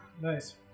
nice